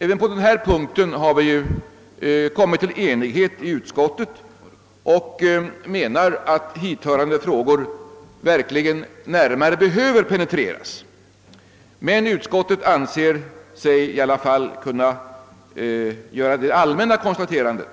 Även på denna punkt har vi nått enighet inom utskottet. Vi menar att hithörande frågor verkligen närmare behöver penetreras. Utskottet anser sig dock kunna göra det allmänna konstaterandet